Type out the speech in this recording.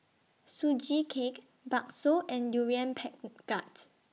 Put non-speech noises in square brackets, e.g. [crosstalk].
Sugee Cake Bakso and Durian Pen [hesitation] gat